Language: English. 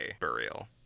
Burial